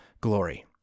glory